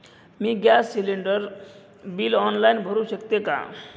मी gas cylinder bill online भरु शकते का?